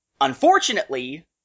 Unfortunately